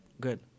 good